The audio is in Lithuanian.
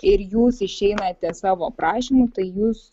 ir jūs išeinate savo prašymu tai jūs